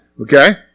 Okay